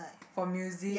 for music